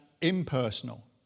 impersonal